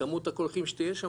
כמות הקולחין שתהיה שמה,